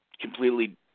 completely